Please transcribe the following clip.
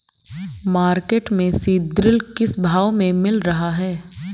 Market में सीद्रिल किस भाव में मिल रहा है?